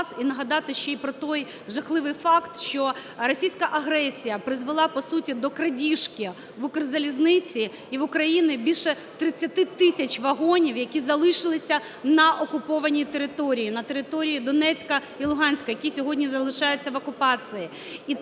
і нагадати ще про той жахливий факт, що російська агресія призвела, по суті, до крадіжки в "Укрзалізниці" і в України більше 30 тисяч вагонів, які залишилися на окупованій території, на території Донецька і Луганська, які сьогодні залишаються вокупації.І